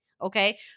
Okay